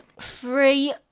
three